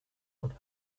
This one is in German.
und